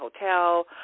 Hotel